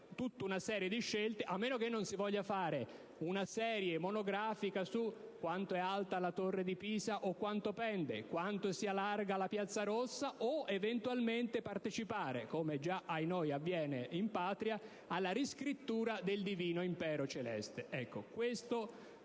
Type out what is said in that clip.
tutta una serie di scelte, a meno che non si voglia fare una serie monografica su quanto è alta la Torre di Pisa o su quanto pende, su quanto sia larga la Piazza Rossa, o eventualmente partecipare - come già, ahinoi, avviene in Patria - alla riscrittura del divino Celeste